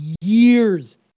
years